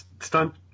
stunt